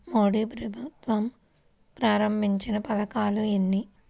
మోదీ ప్రభుత్వం ప్రారంభించిన పథకాలు ఎన్ని?